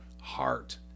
heart